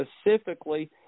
specifically